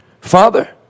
Father